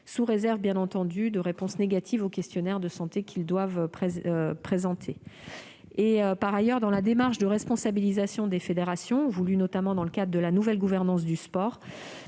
sous réserve bien entendu d'avoir apporté des réponses négatives au questionnaire de santé qu'ils doivent présenter. Dans la démarche de responsabilisation des fédérations voulue notamment dans le cadre de la nouvelle gouvernance du sport,